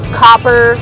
copper